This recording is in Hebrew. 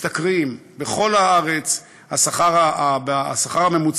משתכרים: בכל הארץ השכר הממוצע,